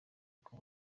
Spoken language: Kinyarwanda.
uko